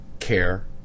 care